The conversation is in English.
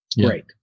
Great